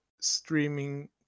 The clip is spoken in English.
streaming